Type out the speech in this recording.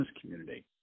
community